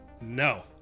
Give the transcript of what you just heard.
no